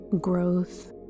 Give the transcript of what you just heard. growth